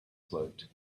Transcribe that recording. float